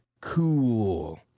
cool